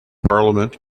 parliament